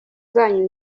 zanyu